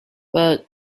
but